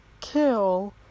kill